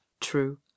True